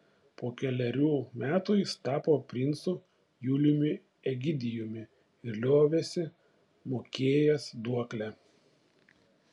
po kelerių metų jis tapo princu julijumi egidijumi ir liovėsi mokėjęs duoklę